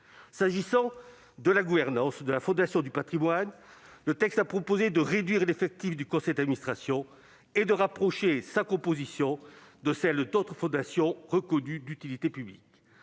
S'agissant de la gouvernance de la Fondation du patrimoine, il est proposé dans ce texte de réduire l'effectif du conseil d'administration de la Fondation et de rapprocher sa composition de celle d'autres fondations reconnues d'utilité publique.